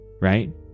Right